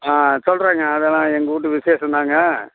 ஆ சொல்றேங்க அதெலாம் எங்கள் வீட்டு விசேஷம் தாங்க